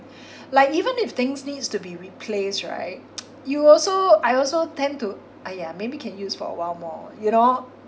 like even if things needs to be replaced right you also I also tend to !aiya! maybe can use for a while more you know